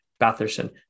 Batherson